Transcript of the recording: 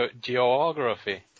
geography